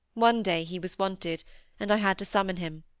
one day he was wanted and i had to summon him.